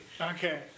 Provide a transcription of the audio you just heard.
Okay